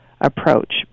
approach